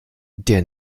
der